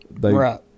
Right